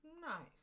Nice